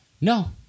no